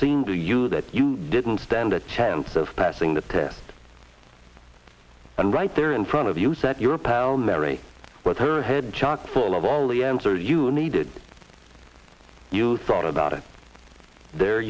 seemed to you that you didn't stand a chance of passing the test and right there in front of you set your pound mary with her head chock full of all the answer you needed you thought about it there